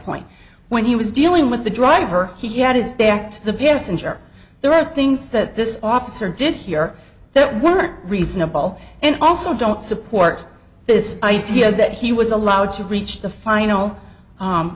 point when he was dealing with the driver he had his back to the passenger there are things that this officer did here that weren't reasonable and also don't support this idea that he was allowed to reach the final u